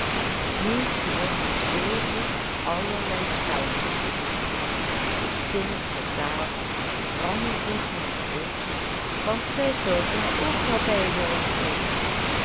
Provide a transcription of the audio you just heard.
nu begon het speelgoed allerlei spelletjes te doen de tinnen soldaten rammelden in de doos want zij zouden er ook wel bij willen zijn